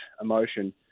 emotion